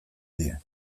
die